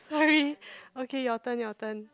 sorry okay your turn your turn